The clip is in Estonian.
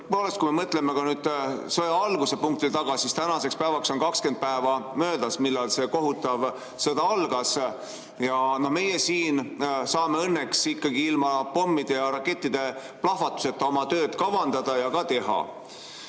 tõepoolest, kui me mõtleme sõja alguspunktile tagasi, siis tänaseks on 20 päeva möödas sellest, kui see kohutav sõda algas. Meie siin saame õnneks ikkagi ilma pommide ja rakettide plahvatuseta oma tööd kavandada ja ka teha.